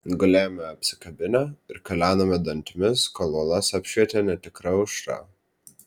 gulėjome apsikabinę ir kalenome dantimis kol uolas apšvietė netikra aušra